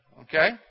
Okay